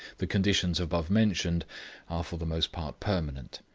the conditions above mentioned are for the most part permanent.